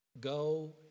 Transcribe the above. go